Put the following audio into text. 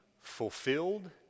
fulfilled